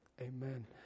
Amen